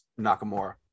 nakamura